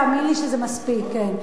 תאמין לי שזה מספיק, כן.